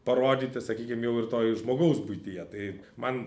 parodyti sakykim jau ir toj žmogaus buityje tai man